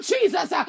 Jesus